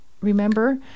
remember